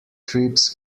trips